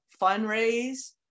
fundraise